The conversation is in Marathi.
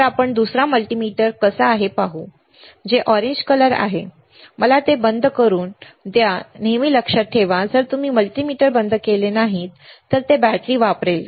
तर आपण दुसरा मल्टीमीटर कसा पाहू शकतो जे ऑरेंज कलर आहे मला ते बंद करू द्या नेहमी लक्षात ठेवा जर तुम्ही मल्टीमीटर बंद केले नाही तर ते बॅटरी वापरेल